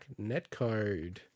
netcode